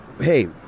hey